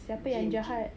siapa yang jahat